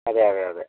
അതെ അതെയതെ